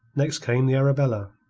next came the arabella.